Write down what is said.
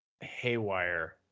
Haywire